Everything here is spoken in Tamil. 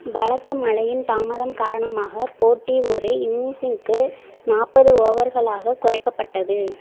பலத்த மழையின் தாமதம் காரணமாக போட்டி ஒரு இன்னிங்ஸுக்கு நாற்பது ஓவர்களாக குறைக்கப்பட்டது